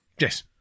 Yes